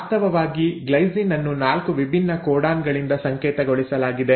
ವಾಸ್ತವವಾಗಿ ಗ್ಲೈಸಿನ್ ಅನ್ನು 4 ವಿಭಿನ್ನ ಕೋಡಾನ್ ಗಳಿಂದ ಸಂಕೇತಗೊಳಿಸಲಾಗಿದೆ